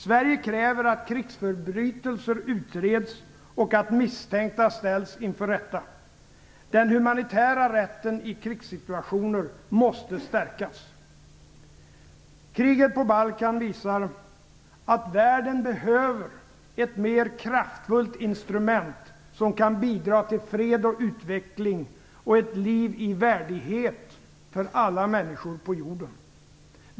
Sverige kräver att krigsförbrytelser utreds och att misstänkta ställs inför rätta. Den humanitära rätten i krigssituationer måste stärkas. Kriget på Balkan visar att världen behöver ett mer kraftfullt instrument som kan bidra till fred, utveckling och ett liv i värdighet för alla människor på jorden.